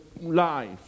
life